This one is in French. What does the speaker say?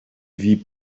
vit